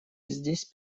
здесь